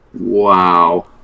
Wow